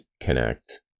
connect